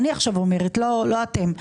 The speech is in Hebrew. אני עכשיו אומרת, לא אתם.